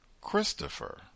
Christopher